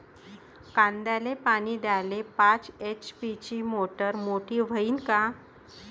कांद्याले पानी द्याले पाच एच.पी ची मोटार मोटी व्हईन का?